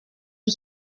you